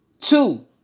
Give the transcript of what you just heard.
Two